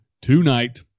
tonight